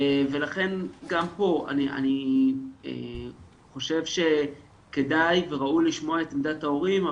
ולכן גם פה אני חושב שכדאי וראוי לשמוע את עמדת ההורים,